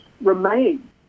remain